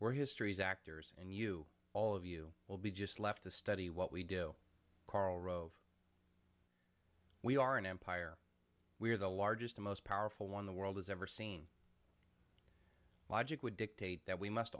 where history's actors and you all of you will be just left to study what we do karl rove we are an empire we are the largest the most powerful one the world has ever seen logic would dictate that we must